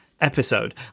episode